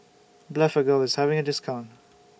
Blephagel IS having A discount